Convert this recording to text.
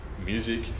music